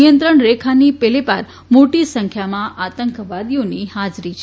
નિયંત્રણ રેખાની પેલેપાર મોટી સંખ્યામાં આતંકવાદીઓની હાજરી છે